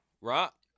Rock